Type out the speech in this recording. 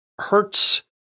hurts